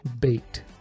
bait